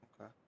Okay